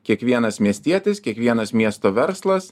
kiekvienas miestietis kiekvienas miesto verslas